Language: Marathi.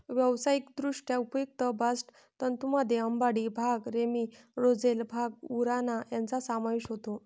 व्यावसायिकदृष्ट्या उपयुक्त बास्ट तंतूंमध्ये अंबाडी, भांग, रॅमी, रोझेल, भांग, उराणा यांचा समावेश होतो